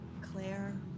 Claire